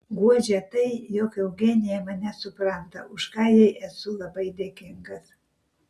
guodžia tai jog eugenija mane supranta už ką jai esu labai dėkingas